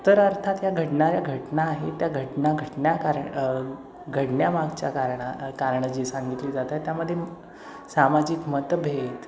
तर अर्थात या घडणाऱ्या घटना आहे त्या घटना घटना कारण घडण्यामागच्या कारणा कारणं जी सांगितली जात आहेत त्यामध्ये सामाजिक मतभेद